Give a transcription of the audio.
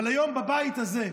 אבל היום בבית הזה,